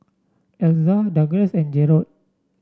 Elza Douglas and Jerod